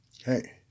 Hey